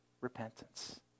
repentance